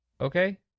Okay